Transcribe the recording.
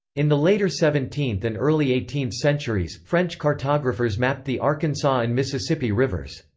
in the later seventeenth and early eighteenth centuries, french cartographers mapped the arkansas and mississippi rivers.